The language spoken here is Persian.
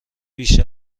بیش